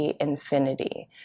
Infinity